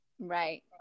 Right